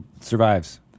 survives